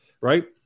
right